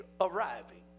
arriving